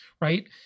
right